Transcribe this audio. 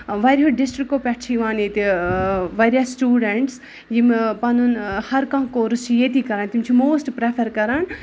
واریاہو ڈِسٹرکو پٮ۪ٹھ چھِ یِوان ییٚتہِ واریاہ سِٹوٗڈنٹٕس یِم پَنُن ہر کانٛہہ کورس چھِ ییٚتہِ کران تِم چھِ موسٹ پرٛفر کران